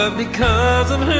ah because of